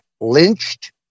lynched